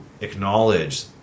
acknowledge